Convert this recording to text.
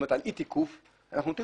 על אי תיקוף אנחנו נותנים